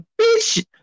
bitch